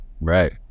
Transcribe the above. Right